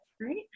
Great